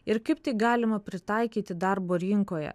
ir kaip tai galima pritaikyti darbo rinkoje